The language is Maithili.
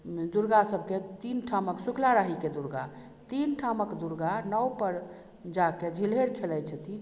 दुर्गा सबके तीन ठामक शुक्लाराहीके दुर्गा तीन ठामक दुर्गा नावपर जाके झिल्लेर खेलाय छथिन